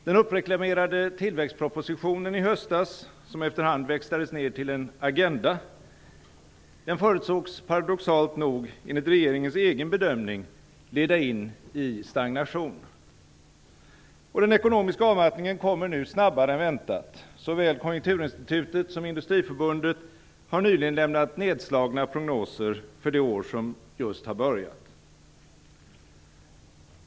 Den uppreklamerade tillväxtpropositionen i höstas, som efter hand växlades ned till en agenda, förutsågs paradoxalt nog enligt regeringens egen bedömning leda in i stagnation. Den ekonomiska avmattningen kommer nu snabbare än väntat. Såväl Konjunkturinstitutet som Industriförbundet har nyligen lämnat nedslagna prognoser för det år som just har börjat.